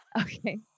Okay